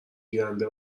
گیرنده